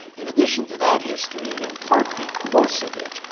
in addition to that history and in part because of it,